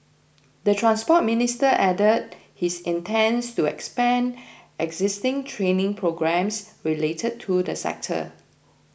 the Transport Minister added he intends to expand existing training programmes related to the sector